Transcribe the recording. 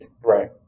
Right